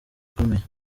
ikomeye